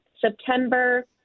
september